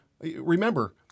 remember